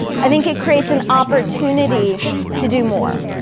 i think it creates an opportunity to do more.